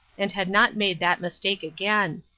and had not made that mistake again.